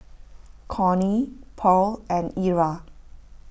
Connie Pearl and Era